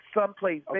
someplace